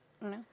No